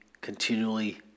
continually